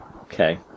Okay